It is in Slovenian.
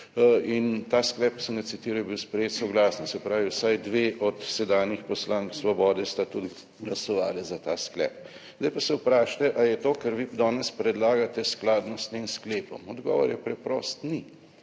In ta sklep, ki sem ga citiral, je bil sprejet soglasno. Se pravi, vsaj dve od sedanjih poslank Svobode sta tudi glasovali za ta sklep. Zdaj pa se vprašajte, ali je to, kar vi danes predlagate, skladno s tem sklepom? Odgovor je preprost, ni.